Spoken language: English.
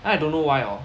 I don't know why orh